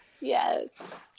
Yes